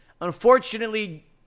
Unfortunately